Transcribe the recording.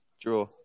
Draw